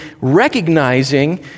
recognizing